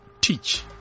teach